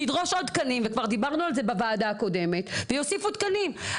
נדרוש עוד תקנים וכבר דיברנו על זה בוועדה הקודמת ויוסיפו תקנים.